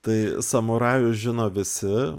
tai samurajus žino visi